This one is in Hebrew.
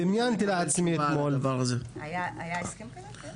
היה הסכם כזה?